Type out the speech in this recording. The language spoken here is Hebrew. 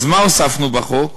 אז מה הוספנו בחוק?